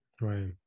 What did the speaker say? right